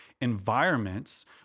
environments